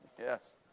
Yes